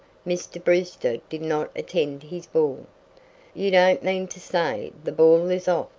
mr. brewster did not attend his ball you don't mean to say the ball is off,